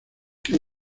que